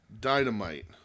Dynamite